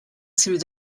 through